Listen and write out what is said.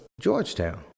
Georgetown